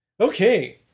Okay